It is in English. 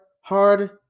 hard